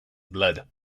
blood